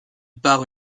part